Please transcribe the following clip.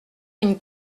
une